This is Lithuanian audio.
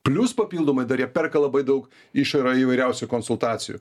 plius papildomai dar jie perka labai daug išorėj įvairiausių konsultacijų